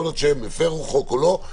יכול להיות שהם הפרו חוק או לא,